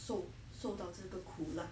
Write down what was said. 受受到这个苦 lah